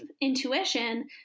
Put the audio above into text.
intuition